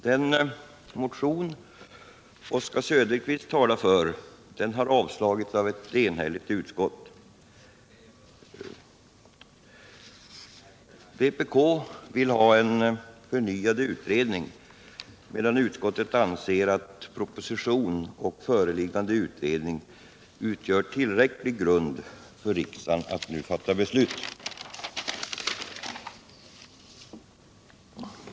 Den motion som Oswald Söderqvist talar för har avstyrkts av ett enhälligt utskott. Vpk vill ha en förnyad utredning medan utskottet anser att ; propositionen och den framlagda utredningen utgör tillräcklig grund för ett | beslut av riksdagen i dag.